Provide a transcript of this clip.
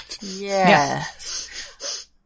Yes